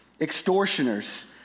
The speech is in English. extortioners